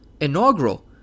inaugural